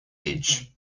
edge